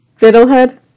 Fiddlehead